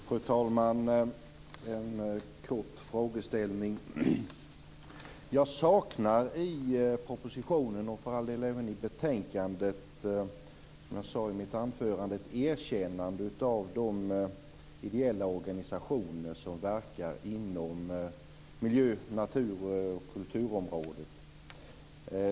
Fru talman! Jag har en kort fråga. Jag saknar i propositionen och för all del också i betänkandet, som jag tidigare sade i mitt anförande, ett erkännande av de ideella organisationer som verkar inom miljö-, natur och kulturområdet.